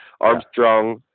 Armstrong